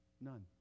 None